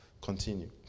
Continue